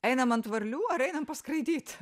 einam ant varlių ar einam paskraidyt